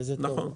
וזה טוב.